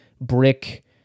brick